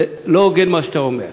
זה לא הוגן מה שאתה אומר.